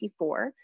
24